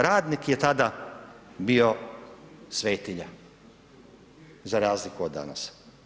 Radnik je tada bio svetinja za razliku od danas.